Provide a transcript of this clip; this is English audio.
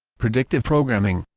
predictive programming